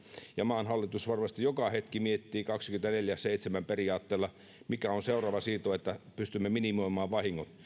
ja maan hallitus varmasti joka hetki miettii kaksikymmentäneljä kautta seitsemän periaatteella mikä on seuraava siirto että pystymme minimoimaan vahingot